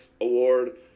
Award